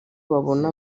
bubona